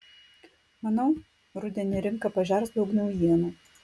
manau rudenį rinka pažers daug naujienų